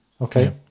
okay